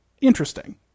interesting